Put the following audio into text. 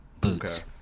boots